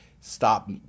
stop